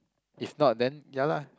if not then ya lah